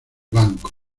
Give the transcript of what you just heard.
banco